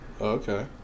Okay